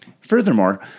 Furthermore